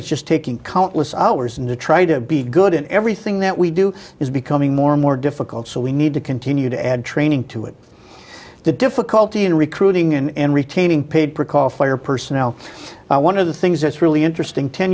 it's just taking countless hours and to try to be good in everything that we do is becoming more and more difficult so we need to continue to add training to it the difficulty in recruiting and retaining paid for call fire personnel one of the things that's really interesting ten